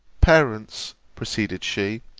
parents, proceeded she,